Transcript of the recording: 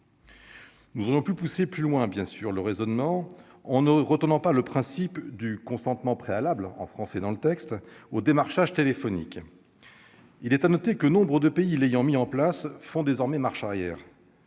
nous aurions pu pousser plus loin le raisonnement en ne retenant pas le principe du consentement préalable- en français dans le texte -au démarchage téléphonique. Il est à noter que nombre de pays l'ayant mis en place font désormais marche arrière.